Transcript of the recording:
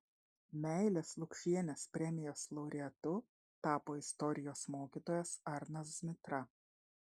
meilės lukšienės premijos laureatu tapo istorijos mokytojas arnas zmitra